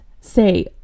say